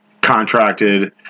contracted